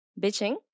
bitching